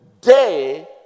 day